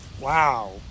wow